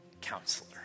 counselor